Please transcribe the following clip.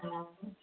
ହଁ